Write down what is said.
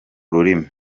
rurimi